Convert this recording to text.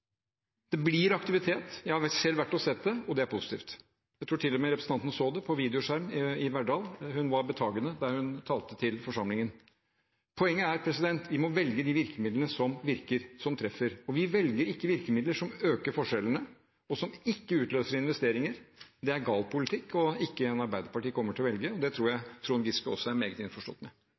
Det blir aktivitet. Jeg har selv sett det, og det er positivt. Jeg tror til og med representanten Jensen så det fra Verdal på videoskjerm på Stortinget – hun var betagende, der hun talte til forsamlingen fra Stortinget. Poenget er at vi må velge de virkemidlene som virker og treffer. Vi velger ikke virkemidler som øker forskjellene, og som ikke utløser investeringer. Det er gal politikk og ikke en politikk Arbeiderpartiet kommer til å velge. Det tror jeg at også Trond Giske er meget innforstått med.